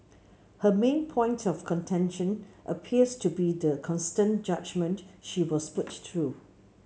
her main point of contention appears to be the constant judgement she was put through